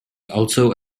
also